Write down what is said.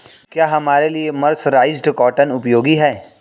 क्या हमारे लिए मर्सराइज्ड कॉटन उपयोगी है?